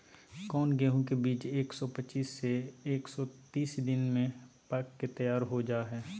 कौन गेंहू के बीज एक सौ पच्चीस से एक सौ तीस दिन में पक के तैयार हो जा हाय?